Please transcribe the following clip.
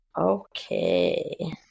Okay